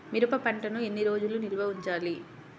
మిరప పంటను ఎన్ని రోజులు నిల్వ ఉంచాలి?